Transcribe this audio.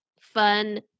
fun